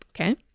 Okay